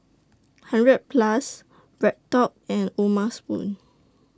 hundred A Plus BreadTalk and O'ma Spoon